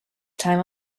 time